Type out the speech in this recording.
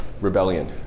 rebellion